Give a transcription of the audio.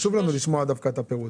דווקא חשוב לנו לשמוע את הפירוט.